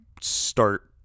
start